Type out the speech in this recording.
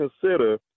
consider